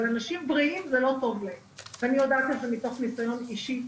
אבל לאנשים בריאים זה לא טוב ואני יודעת את זה מתוך ניסיון אישי,